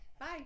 Bye